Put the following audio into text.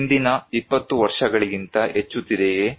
ಹಿಂದಿನ 20 ವರ್ಷಗಳಿಗಿಂತ ಹೆಚ್ಚುತ್ತಿದೆಯೇ